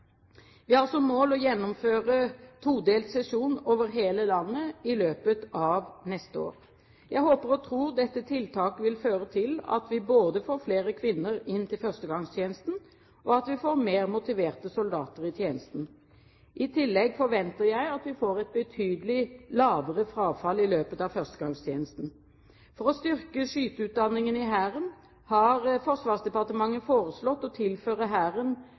Vi har som mål å gjennomføre todelt sesjon over hele landet i løpet av neste år. Jeg håper og tror at dette tiltaket vil føre til at vi både får flere kvinner inn til førstegangstjenesten, og at vi får mer motiverte soldater i tjenesten. I tillegg forventer jeg at vi får et betydelig lavere frafall i løpet av førstegangstjenesten. For å styrke skyteutdanningen i Hæren har Forsvarsdepartementet foreslått å tilføre Hæren